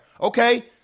Okay